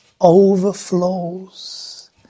overflows